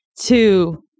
two